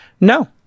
No